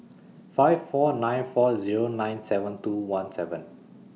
five four nine four Zero nine seven two one seven